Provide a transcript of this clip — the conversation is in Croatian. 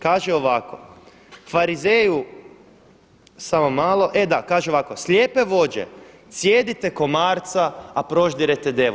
Kaže ovako: Farizeju, samo malo, e da kaže ovako: Slijepe vođe, slijedite komarca a proždirete devu.